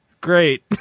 great